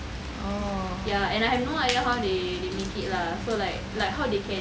oh